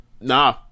Nah